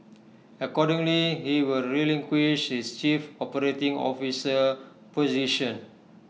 accordingly he will relinquish his chief operating officer position